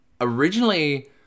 Originally